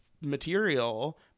material